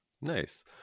Nice